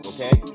Okay